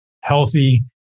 healthy